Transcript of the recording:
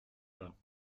pas